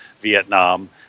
Vietnam